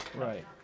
Right